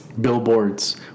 billboards